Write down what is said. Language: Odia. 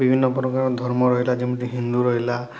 ବିଭିନ୍ନ ପ୍ରକାର ଧର୍ମ ରହିଲା ଯେମିତି କି ହିନ୍ଦୁ ରହିଲା